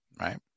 right